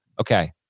okay